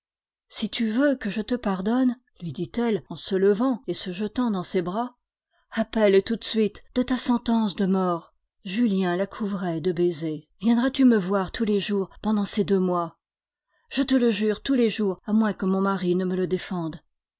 si tu veux que je te pardonne lui dit-elle en se levant et se jetant dans ses bras appelle tout de suite de ta sentence de mort julien la couvrait de baisers viendras-tu me voir tous les jours pendant ces deux mois je te le jure tous les jours à moins que mon mari ne me le défende